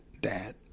dad